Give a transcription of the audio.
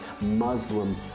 Muslim